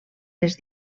les